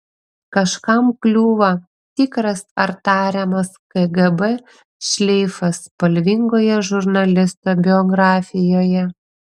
kažkam kliūva tikras ar tariamas kgb šleifas spalvingoje žurnalisto biografijoje